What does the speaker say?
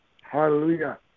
hallelujah